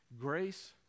Grace